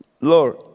Lord